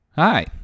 Hi